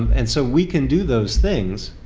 and so we can do those things.